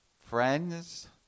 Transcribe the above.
friends